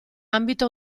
ambito